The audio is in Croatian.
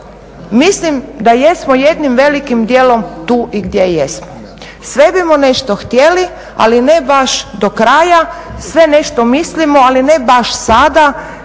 mislim da jesmo jednim velikim dijelom tu gdje jesmo. Sve bismo nešto htjeli ali ne baš do kraja, sve nešto mislimo ali ne baš sada.